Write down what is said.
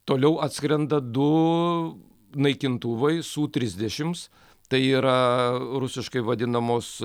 toliau atskrenda du naikintuvai su trisdešimts tai yra rusiškai vadinamos